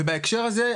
ובהקשר הזה,